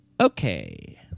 okay